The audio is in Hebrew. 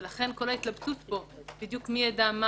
לכן כל ההתלבטות פה מי בדיוק יידע מה